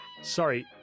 Sorry